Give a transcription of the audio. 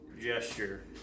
gesture